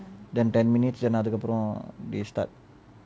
then ten minutes lah அதுக்கு அப்புறம்:athuku apram they start